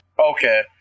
Okay